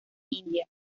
india